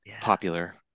popular